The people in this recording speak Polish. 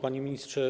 Panie Ministrze!